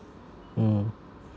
mm